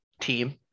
team